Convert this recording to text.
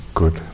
good